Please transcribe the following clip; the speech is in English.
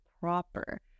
proper